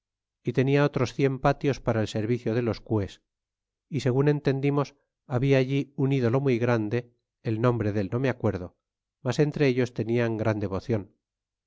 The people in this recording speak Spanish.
y tenia otros cien patios para el servicio de los cues y segun entendimos habia allí un ídolo muy grande el nombre del no me acuerdo mas entre ellos tenian gran devocion